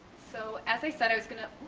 so as i said, i was gonna